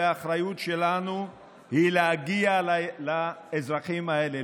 האחריות שלנו היא להגיע לאזרחים האלה,